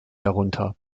darunter